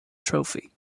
trophy